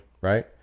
Right